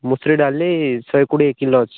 ମଶୁର ଡାଲି ଶହେ କୋଡ଼ିଏ କିଲୋ ଅଛି